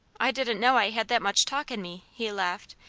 i didn't know i had that much talk in me, he laughed,